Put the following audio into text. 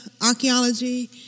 archaeology